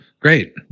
Great